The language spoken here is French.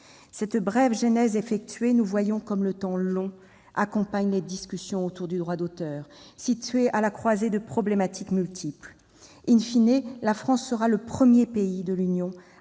Cette brève genèse effectuée, nous voyons comme le temps long accompagne les discussions autour du droit d'auteur, situé à la croisée de problématiques multiples., la France sera le premier pays de l'Union